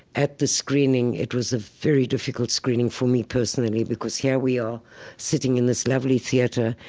at the screening, it was a very difficult screening for me personally because here we are sitting in this lovely theater,